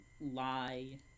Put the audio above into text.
lie